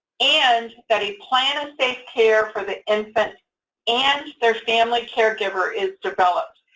and that a plan of safe care for the infant and their family caregiver is developed,